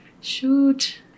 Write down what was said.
Shoot